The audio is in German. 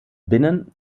binnen